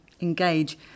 engage